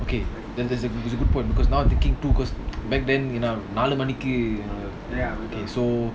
okay then there's a that's a good point because now back then நாலுமணிக்கு:nalu manikku okay so